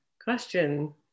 question